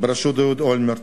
בראשות אהוד אולמרט,